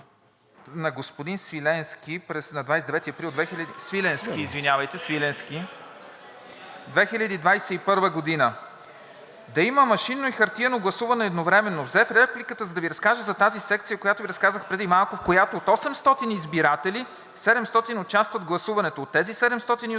на господин Свиленски на 29 април 2021 г.: „Да има машинно и хартиено гласуване едновременно“. Взех репликата, за да Ви разкажа за тази секция, за която Ви разказах преди малко, в която от 800 избиратели 700 участват в гласуването. От тези 780 за